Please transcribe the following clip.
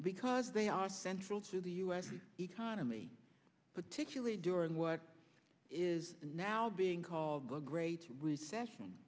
because they are central to the u s economy particularly during what is now being called the great recession